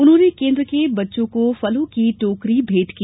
उन्होंने केन्द्र के बच्चों को फलों की टोकरी भेंट की